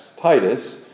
Titus